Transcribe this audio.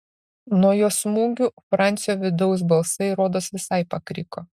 nuo jo smūgių francio vidaus balsai rodos visai pakriko